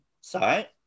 sorry